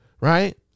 right